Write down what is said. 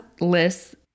lists